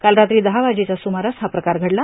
काल रात्री दहा वाजेच्या स्रमारास हा प्रकार घडला